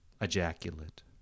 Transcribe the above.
ejaculate